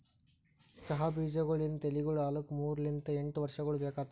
ಚಹಾ ಬೀಜಗೊಳ್ ಲಿಂತ್ ಎಲಿಗೊಳ್ ಆಲುಕ್ ಮೂರು ಲಿಂತ್ ಎಂಟು ವರ್ಷಗೊಳ್ ಬೇಕಾತವ್